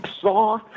saw